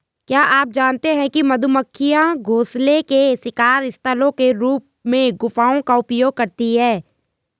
क्या आप जानते है मधुमक्खियां घोंसले के शिकार स्थलों के रूप में गुफाओं का उपयोग करती है?